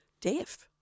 deaf